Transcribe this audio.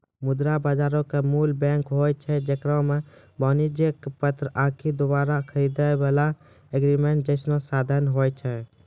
मुद्रा बजारो के मूल बैंक होय छै जेकरा मे वाणिज्यक पत्र आकि दोबारा खरीदै बाला एग्रीमेंट जैसनो साधन होय छै